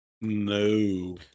No